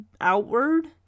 outward